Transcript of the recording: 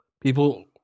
people